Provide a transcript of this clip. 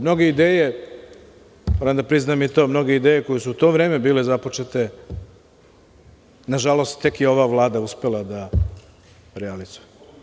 Mnoge ideje, moram da priznam, mnoge ideje koje su u to vreme bile započete, nažalost, tek je ova Vlada uspela da realizuje.